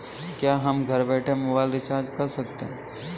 क्या हम घर बैठे मोबाइल रिचार्ज कर सकते हैं?